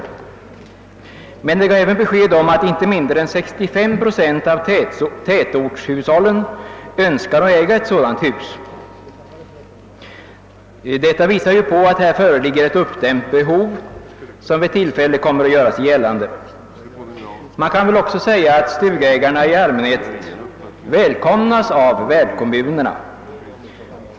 Utredningen gav även besked om att inte mindre än 65 procent av tätortshushållen önskar att äga ett sådant hus. Detta visar att här föreligger ett uppdämt behov som vid tillfälle kommer att göra sig gällande. Man kan också säga att stugägarna i allmänhet välkomnas av värdkommunerna.